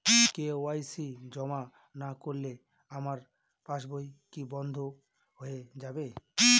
KYC জমা না করলে আমার পাসবই কি বন্ধ হয়ে যাবে?